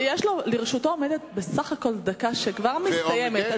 לרשותו עומדת בסך הכול דקה, שכבר מסתיימת.